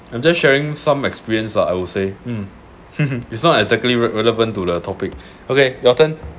I'm just sharing some experience lah I would say um it's not exactly re~ relevant to the topic okay your turn